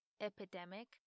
Epidemic